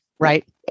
Right